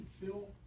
fill